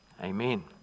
Amen